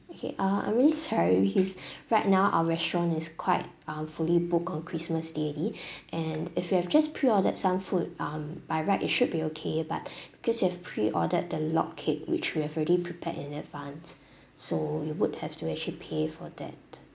okay uh I'm really sorry because right now our restaurant is quite um fully booked on christmas day already and if you have just pre ordered some food um by right it should be okay but because you have pre ordered the log cake which we have already prepared in advance so you would have to actually pay for that